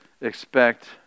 expect